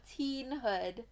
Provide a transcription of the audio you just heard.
teenhood